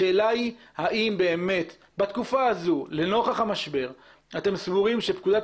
השאלה היא האם באמת בתקופה הזאת לנוכח המשבר אתם סבורים שפקודת